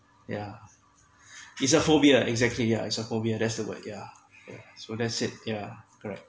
yeah it's a phobia exactly yeah it's a phobia that's the one yeah so that's it yeah correct